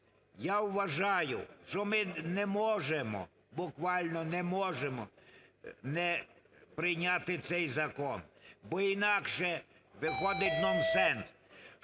Я вважаю, що ми не можемо, буквально не можемо не прийняти цей закон, бо інакше виходить нонсенс,